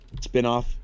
spinoff